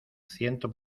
ciento